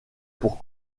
pour